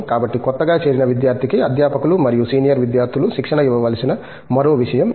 కాబట్టి కొత్తగా చేరిన విద్యార్థికి అధ్యాపకులు మరియు సీనియర్ విద్యార్థులు శిక్షణ ఇవ్వవలసిన మరో విషయం ఇది